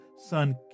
son